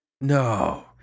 no